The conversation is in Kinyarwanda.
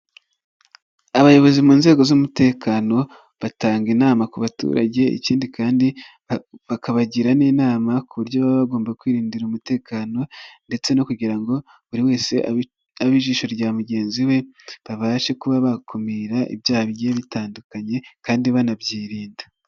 Abayobozi mu nzego z'umutekano batanga inama ku baturage, ikindi kandi bakabagira n'inama ku buryo baba bagomba kwirindira umutekano, ndetse no kugira ngo buri wese abe ijisho rya mugenzi we babashe kuba bakumira ibyaha bigiye bitandukanye, kandi banabyirinda.